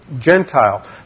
Gentile